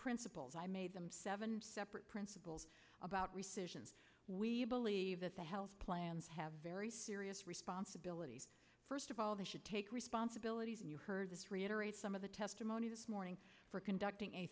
principles i made them seven separate principles about rescissions we believe that the health plans have very serious responsibilities first of all they should take responsibilities and you heard this reiterate some of the testimony this morning for conducting a